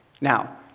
Now